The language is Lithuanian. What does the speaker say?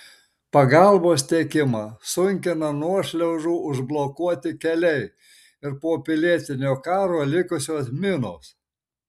pagalbos tiekimą sunkina nuošliaužų užblokuoti keliai ir po pilietinio karo likusios minos